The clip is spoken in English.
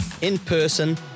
in-person